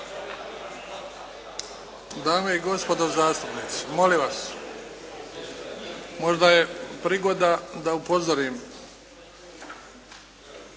Dame i gospodo zastupnici. Možda je prigoda da upozorim.